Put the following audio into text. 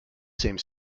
seems